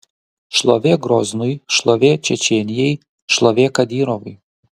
šlovė groznui šlovė čečėnijai šlovė kadyrovui